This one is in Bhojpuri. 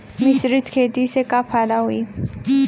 मिश्रित खेती से का फायदा होई?